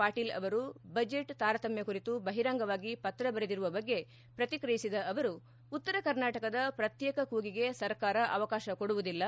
ಪಾಟೀಲ್ ಅವರು ಬಜೆಟ್ ತಾರತಮ್ಯ ಕುರಿತು ಬಹಿರಂಗವಾಗಿ ಪತ್ರ ಬರೆದಿರುವ ಬಗ್ಗೆ ಪ್ರತಿಕ್ರಿಯಿಸಿದ ಅವರು ಉತ್ತರ ಕರ್ನಾಟಕದ ಪತ್ತೇಕ ಕೂಗಿಗೆ ಸರ್ಕಾರ ಅವಕಾಶ ಕೊಡುವುದಿಲ್ಲ